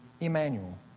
Emmanuel